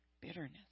Bitterness